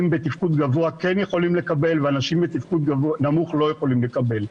בתפקוד גבוה כן יכולים לקבל ואנשים בתפקוד נמוך לא יכולים לקבל.